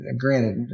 granted